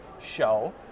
show